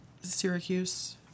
Syracuse